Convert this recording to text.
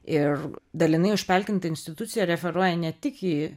ir dalinai užpelkinta institucija referuoja ne tik į